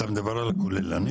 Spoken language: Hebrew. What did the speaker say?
אתה מדבר על הכוללנית?